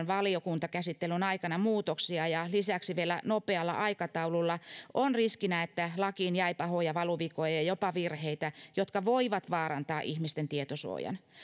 valiokuntakäsittelyn aikana niin paljon muutoksia ja lisäksi vielä nopealla aikataululla on riskinä että lakiin jäi pahoja valuvikoja ja ja jopa virheitä jotka voivat vaarantaa ihmisten tietosuojan